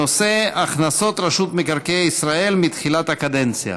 הנושא: הכנסות רשות מקרקעי ישראל מתחילת הקדנציה.